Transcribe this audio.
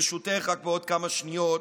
ברשותך, בעוד כמה שניות,